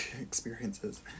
experiences